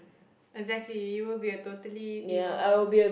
exactly you will be a totally evil